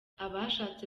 abashatse